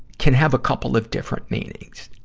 can have a couple of different meanings.